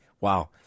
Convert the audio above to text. Wow